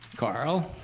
carl,